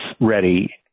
ready